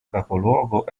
capoluogo